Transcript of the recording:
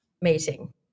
meeting